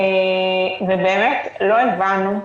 ובאמת לא הבנו,